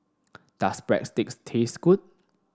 does Breadsticks taste good